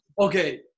Okay